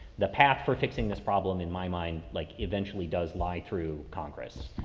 the path for fixing this problem in my mind, like eventually does lie through congress.